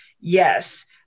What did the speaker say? Yes